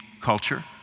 culture